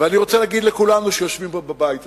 ואני רוצה להגיד לכולנו, שיושבים פה בבית הזה: